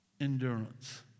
endurance